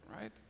right